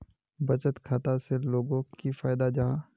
बचत खाता से लोगोक की फायदा जाहा?